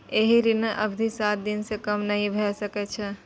एहि ऋणक अवधि सात दिन सं कम नहि भए सकै छै